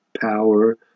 power